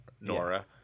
Nora